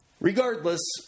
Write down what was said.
Regardless